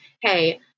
Hey